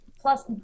plus